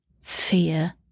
fear